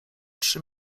trzy